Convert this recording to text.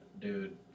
dude